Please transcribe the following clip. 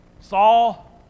Saul